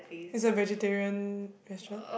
it's a vegetarian restaurant